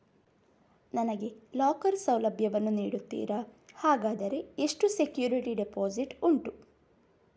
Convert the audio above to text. ನನಗೆ ಲಾಕರ್ ಸೌಲಭ್ಯ ವನ್ನು ನೀಡುತ್ತೀರಾ, ಹಾಗಾದರೆ ಎಷ್ಟು ಸೆಕ್ಯೂರಿಟಿ ಡೆಪೋಸಿಟ್ ಉಂಟು?